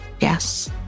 Yes